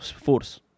force